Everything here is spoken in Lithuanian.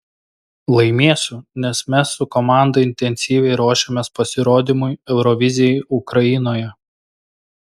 laimėsiu nes mes su komanda intensyviai ruošiamės pasirodymui eurovizijai ukrainoje